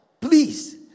please